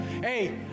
Hey